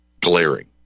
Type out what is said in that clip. glaring